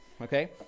Okay